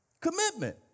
Commitment